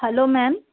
hello ma'am